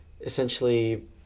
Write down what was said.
essentially